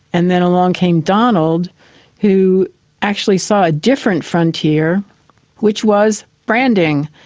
and then along came donald who actually saw a different frontier which was branding.